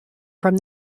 from